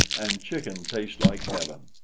and chicken taste like heaven.